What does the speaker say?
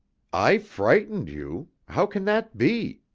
i frightened you! how can that be?